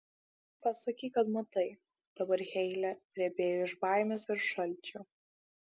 pasakyk kad matai dabar heile drebėjo iš baimės ir šalčio